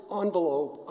envelope